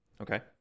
Okay